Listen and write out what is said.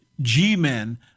G-Men